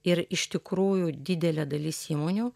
ir iš tikrųjų didelė dalis įmonių